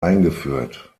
eingeführt